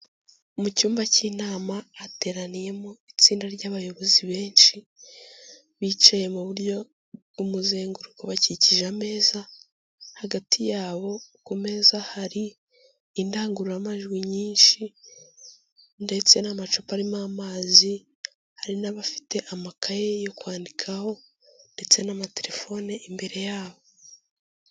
Mu cyumba cy'inama hateraniyemo itsinda ry'abayobozi benshi, bicaye mu buryo bw'umuzenguruko bakikije ameza, hagati yabo ku meza hari indangururamajwi nyinshi, ndetse n'amacupa arimo amazi, hari n'abafite amakaye yo kwandikaho, ndetse n'amatelefone imbere yabo.